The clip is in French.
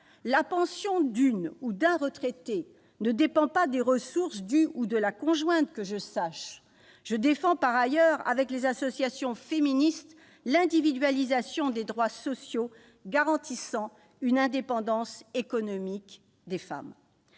La pension d'un retraité ne dépend pas des ressources de son conjoint que je sache ! Je défends par ailleurs avec les associations féministes l'individualisation des droits sociaux garantissant une indépendance économique des femmes.